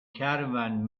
caravan